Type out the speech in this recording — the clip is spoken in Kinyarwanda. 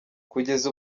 kugeza